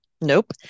nope